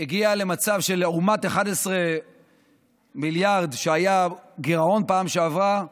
הגיע למצב, לעומת 11 מיליארד גירעון בפעם שעברה,